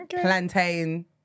plantain